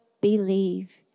believe